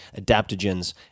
adaptogens